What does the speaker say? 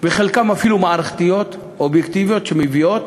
וחלקן אפילו מערכתיות, אובייקטיביות, שמביאות